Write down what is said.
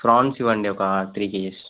prawns ఇవ్వండి ఒక three kgs